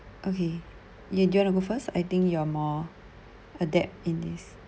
okay you you wanna go first I think you're more adept in this